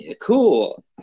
Cool